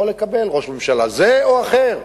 ראש ממשלה זה או אחר,